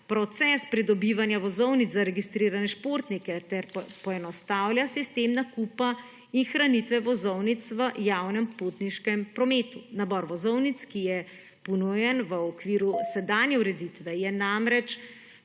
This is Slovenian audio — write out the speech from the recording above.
proces pridobivanja vozovnic za registrirane športnike ter poenostavlja sistem nakupa in hranitve vozovnic v javnem potniškem promet. Nabor vozovnic, ki je ponujen v okviru sedanje ureditve, je namreč